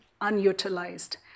unutilized